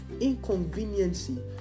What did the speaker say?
inconveniency